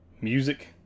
Music